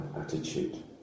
attitude